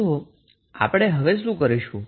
તો આપણે શું કરીશું